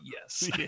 yes